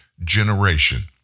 Generation